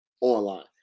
online